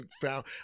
found